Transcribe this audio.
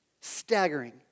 Staggering